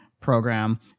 program